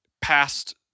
past